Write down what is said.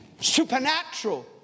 supernatural